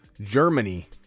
Germany